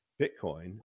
Bitcoin